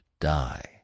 die